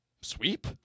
Sweep